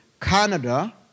Canada